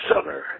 summer